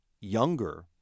younger